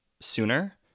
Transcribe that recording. sooner